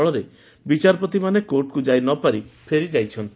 ଫଳରେ ବିଚାରପତିମାନେ କୋର୍ଟକୁ ଯାଇ ନ ପାରି ଫେରିଯାଇଛନ୍ତି